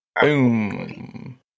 Boom